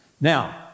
Now